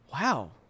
wow